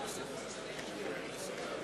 ההצבעה, עם הצבעתו